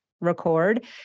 record